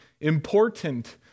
Important